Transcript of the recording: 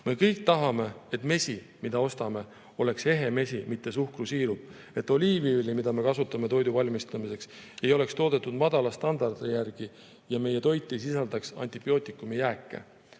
Me kõik tahame, et mesi, mida ostame, oleks ehe mesi, mitte suhkrusiirup, et oliiviõli, mida me kasutame toiduvalmistamiseks, ei oleks toodetud madala standardi järgi, ja meie toit ei sisaldaks antibiootikumijääke,